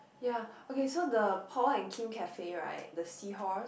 ya okay so the Paul and Kim cafe right the seahorse